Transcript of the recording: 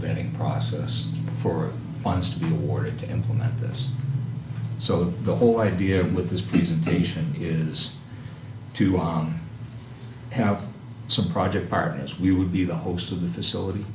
vetting process for funds to be awarded to implement this so the whole idea with his presentation is to on how some project partners we would be the host of the facility